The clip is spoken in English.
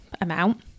amount